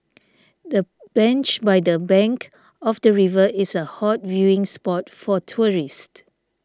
the bench by the bank of the river is a hot viewing spot for tourists